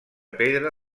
pedra